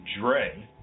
Dre